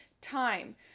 time